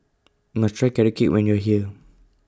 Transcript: must Try Carrot Cake when YOU Are here